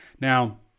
Now